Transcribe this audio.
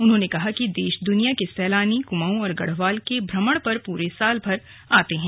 उन्होंने कहा कि देश दुनिया के सैलानी कुमाऊं और गढ़वाल के भ्रमण पर पूरे सालभर आते हैं